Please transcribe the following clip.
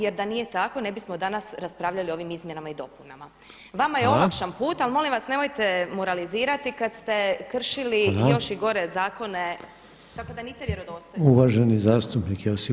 Jer da nije tako ne bismo danas raspravljali o ovim izmjenama i dopunama [[Upadica Reiner: Hvala.]] Vama je olakšan put, ali molim vas nemojte moralizirati kad ste kršili još i gore zakone, tako da niste vjerodostojni.